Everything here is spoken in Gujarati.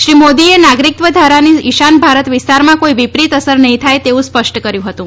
શ્રી મોદીએ નાગરિકત્વ ધારાની ઈશાન ભારત વિસ્તારમાં કોઈ વિપરીત અસર નહીં થાય તેવું સ્પષ્ટ કર્યું હતું